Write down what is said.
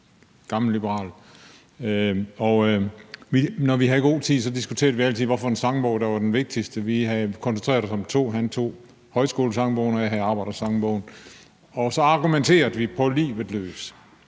gammelliberal. Når vi havde god tid, diskuterede vi altid, hvad for en sangbog der var den vigtigste. Vi koncentrerede os om to: Han tog Højskolesangbogen, og jeg havde Arbejdersangbogen. Så argumenterede vi på livet løs.